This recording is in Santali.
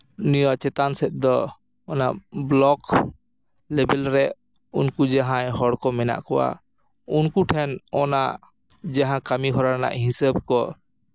ᱱᱤᱭᱟᱹ ᱪᱮᱛᱟᱱ ᱥᱮᱫ ᱫᱚ ᱚᱱᱟ ᱵᱞᱚᱠ ᱞᱮᱵᱮᱞ ᱨᱮ ᱩᱱᱠᱩ ᱡᱟᱦᱟᱸᱭ ᱜᱚᱲ ᱠᱚ ᱢᱮᱱᱟᱜ ᱠᱚᱣᱟ ᱩᱱᱠᱩ ᱴᱷᱮᱱ ᱚᱱᱟ ᱡᱟᱦᱟᱸ ᱠᱟᱹᱢᱤᱦᱚᱨᱟ ᱨᱮᱱᱟᱜ ᱦᱤᱥᱟᱹᱵ ᱠᱚ